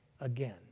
again